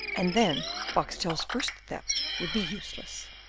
and then boxtel's first theft would be useless.